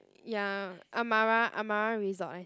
ya Amara Amara resort eh